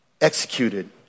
executed